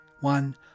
one